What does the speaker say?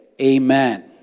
Amen